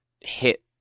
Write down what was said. hit